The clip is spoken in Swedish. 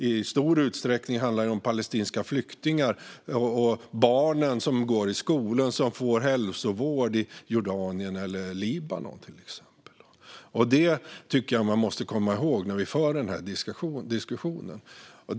I stor utsträckning handlar det om palestinska flyktingar och om de barn som går i skolan och som får hälsovård i till exempel Jordanien eller Libanon. Det tycker jag att vi måste komma ihåg när vi för denna diskussion.